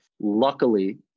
Luckily